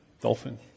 dolphin